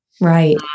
right